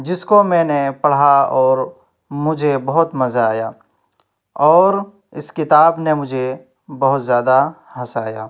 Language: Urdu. جس کو میں نے پڑھا اور مجھے بہت مزہ آیا اور اس کتاب نے مجھے بہت زیادہ ہنسایا